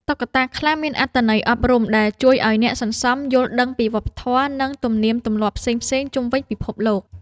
តុក្កតាខ្លះមានអត្ថន័យអប់រំដែលជួយឱ្យអ្នកសន្សំយល់ដឹងពី វប្បធម៌ និងទំនៀមទម្លាប់ផ្សេងៗជុំវិញពិភពលោក។